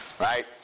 right